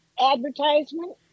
advertisement